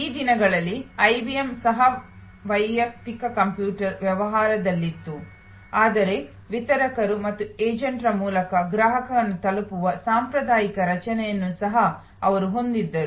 ಆ ದಿನಗಳಲ್ಲಿ ಐಬಿಎಂ ಸಹ ವೈಯಕ್ತಿಕ ಕಂಪ್ಯೂಟರ್ ವ್ಯವಹಾರದಲ್ಲಿತ್ತು ಆದರೆ ವಿತರಕರು ಮತ್ತು ಏಜೆಂಟರ ಮೂಲಕ ಗ್ರಾಹಕರನ್ನು ತಲುಪುವ ಸಾಂಪ್ರದಾಯಿಕ ರಚನೆಯನ್ನು ಸಹ ಅವರು ಹೊಂದಿದ್ದರು